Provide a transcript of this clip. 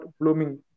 blooming